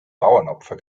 bauernopfer